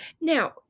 Now